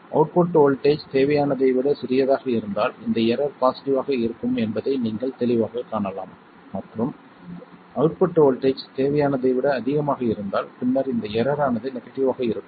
output voltage தேவையானதை விட சிறியதாக இருந்தால் இந்த எரர் பாசிட்டிவ் ஆக இருக்கும் என்பதை நீங்கள் தெளிவாகக் காணலாம் மற்றும் அவுட்புட் வோல்ட்டேஜ் தேவையானதை விட அதிகமாக இருந்தால் பின்னர் இந்த எரர் ஆனது நெகடிவ் ஆக இருக்கும்